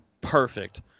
Perfect